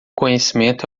conhecimento